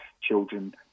children